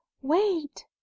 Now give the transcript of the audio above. wait